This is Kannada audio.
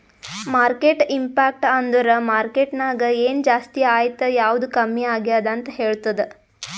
ಮಾರ್ಕೆಟ್ ಇಂಪ್ಯಾಕ್ಟ್ ಅಂದುರ್ ಮಾರ್ಕೆಟ್ ನಾಗ್ ಎನ್ ಜಾಸ್ತಿ ಆಯ್ತ್ ಯಾವ್ದು ಕಮ್ಮಿ ಆಗ್ಯಾದ್ ಅಂತ್ ಹೇಳ್ತುದ್